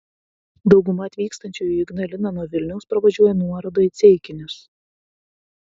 dauguma atvykstančiųjų į ignaliną nuo vilniaus pravažiuoja nuorodą į ceikinius